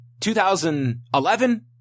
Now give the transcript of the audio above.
2011